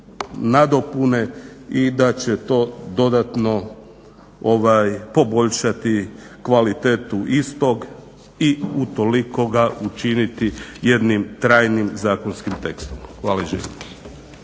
nadopune i da će to dodatno poboljšati kvalitetu istog i utoliko ga učiniti jednim trajnim zakonskim tekstom. Hvala i živjeli!